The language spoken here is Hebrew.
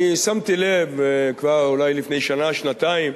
אני שמתי לב כבר לפני שנה-שנתיים,